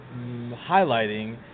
highlighting